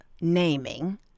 naming